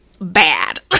bad